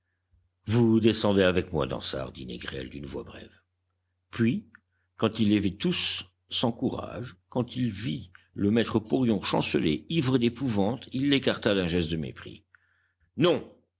vous descendez avec moi dansaert dit négrel d'une voix brève puis quand il les vit tous sans courage quand il vit le maître porion chanceler ivre d'épouvante il l'écarta d'un geste de mépris non